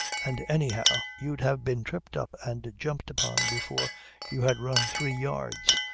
and anyhow you'd have been tripped up and jumped upon before you had run three yards.